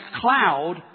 cloud